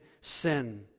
sin